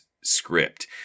script